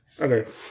Okay